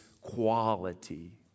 quality